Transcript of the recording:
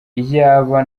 iyaba